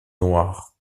noires